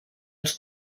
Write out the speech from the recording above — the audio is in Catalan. els